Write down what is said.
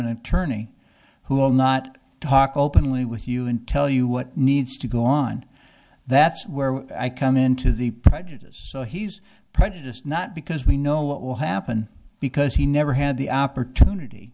an attorney who will not talk openly with you and tell you what needs to go on that's where i come into the prejudice he's prejudiced not because we know what will happen because he never had the opportunity